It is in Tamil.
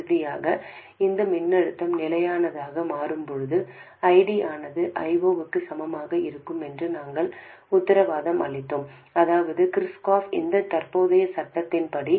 இறுதியாக இந்த மின்னழுத்தம் நிலையானதாக மாறும்போது ID ஆனது I0 க்கு சமமாக இருக்கும் என்று நாங்கள் உத்தரவாதம் அளித்தோம் அதாவது Kirchhoff இன் தற்போதைய சட்டத்தின்படி